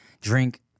drink